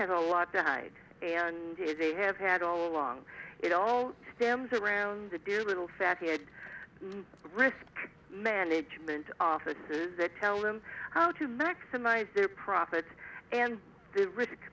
has a lot to hide and is a have had all along it all stems around the dear little fact he had risk management offices that tell them how to maximize their profits and